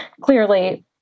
Clearly